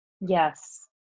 yes